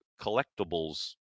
collectibles